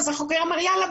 אז החוקר אמר: יאללה,